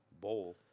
bowl